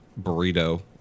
burrito